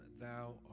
Thou